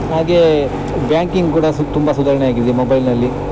ಹಾಗೇ ಬ್ಯಾಂಕಿಂಗ್ ಕೂಡ ಸ್ ತುಂಬ ಸುಧಾರಣೆ ಆಗಿದೆ ಮೊಬೈಲ್ನಲ್ಲಿ